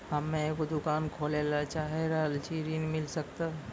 हम्मे एगो दुकान खोले ला चाही रहल छी ऋण मिल सकत?